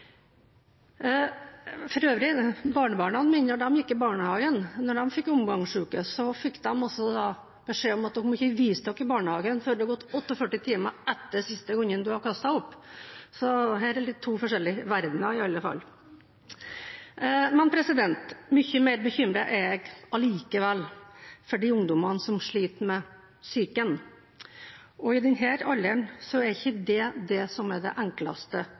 For øvrig, da barnebarna mine gikk i barnehagen og fikk omgangssyke, fikk de beskjed om ikke å vise seg i barnehagen før det hadde gått 48 timer etter siste gangen de hadde kastet opp. Så her er to litt forskjellige verdener i alle fall. Mye mer bekymret er jeg for de ungdommene som sliter med psyken. I denne alderen er ikke det det enkleste å snakke om. Ofte er de redde for å bli stigmatisert. Det